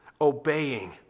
obeying